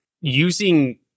using